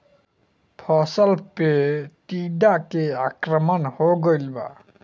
फसल पे टीडा के आक्रमण हो गइल बा?